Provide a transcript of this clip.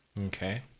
Okay